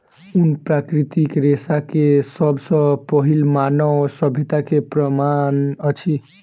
ऊन प्राकृतिक रेशा के सब सॅ पहिल मानव सभ्यता के प्रमाण अछि